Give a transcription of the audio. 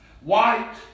white